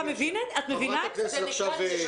אתם מבינים את זה?